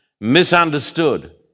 misunderstood